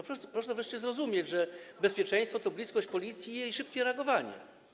Proszę wreszcie zrozumieć, że bezpieczeństwo to bliskość Policji i jej szybkie reagowanie.